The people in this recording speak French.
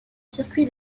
circuit